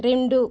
రెండు